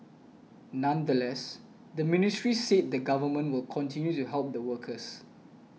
nonetheless the ministry said the Government will continue to help the workers